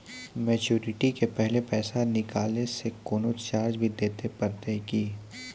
Maturity के पहले पैसा निकालै से कोनो चार्ज भी देत परतै की?